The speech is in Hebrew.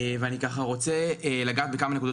ואני רוצה לגעת בכמה נקודות.